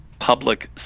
public